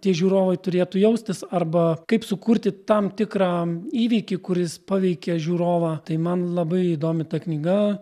tie žiūrovai turėtų jaustis arba kaip sukurti tam tikrą įvykį kuris paveikia žiūrovą tai man labai įdomi ta knyga